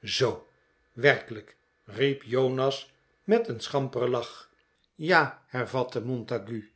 zoo werkelijk riep jonas met een schamperen lach ja hervatte montague